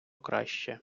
краще